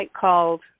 called